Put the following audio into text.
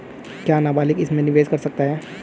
क्या नाबालिग इसमें निवेश कर सकता है?